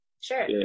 sure